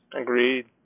Agreed